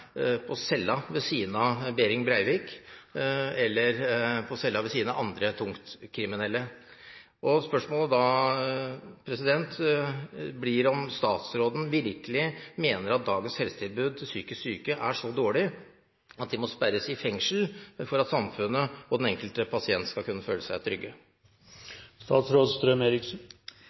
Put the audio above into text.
på cella ved siden av Behring Breivik eller andre tungt kriminelle. Spørsmålet blir da om statsråden virkelig mener at dagens helsetilbud til psykisk syke er så dårlig at de må sperres inne i fengsel for at samfunnet og den enkelte pasient skal kunne føle seg